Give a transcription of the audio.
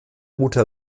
rute